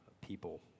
people